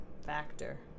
factor